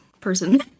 person